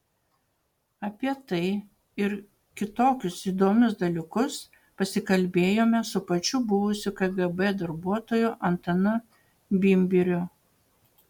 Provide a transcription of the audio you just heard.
apie tai ir kitokius įdomius dalykus pasikalbėjome su pačiu buvusiu kgb darbuotoju antanu bimbiriu